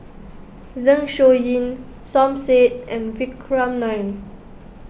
Zeng Shouyin Som Said and Vikram Nair